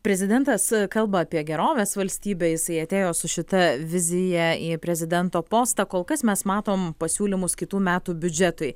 prezidentas kalba apie gerovės valstybę jisai atėjo su šita vizija į prezidento postą kol kas mes matom pasiūlymus kitų metų biudžetui